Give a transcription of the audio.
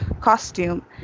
costume